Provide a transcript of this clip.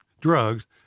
drugs